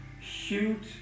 shoot